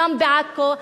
גם בעכו,